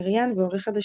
וכקריין ועורך חדשות.